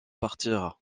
partir